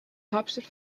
hauptstadt